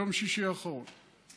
ביום שישי האחרון.